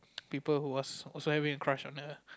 people who was having a crush on her